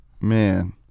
man